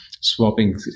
swapping